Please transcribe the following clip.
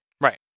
Right